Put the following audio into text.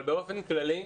אבל באופן כללי,